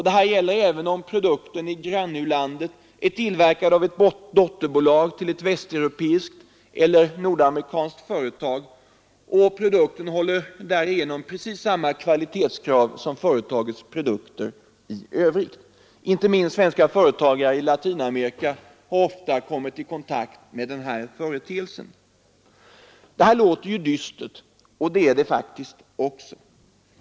Detta gäller även om produkten i grannlandet är tillverkad av ett dotterbolag till ett västeuropeiskt eller nordamerikanskt företag — och produkten därigenom håller precis samma kvalitet som företagets produkter i övrigt! Inte minst svenska företag i Latinamerika har ofta kommit i kontakt med den här företeelsen. Detta låter ju dystert, och det är det faktiskt också.